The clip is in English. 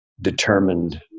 determined